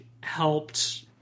helped